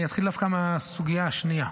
אני אתחיל דווקא מהסוגיה השנייה.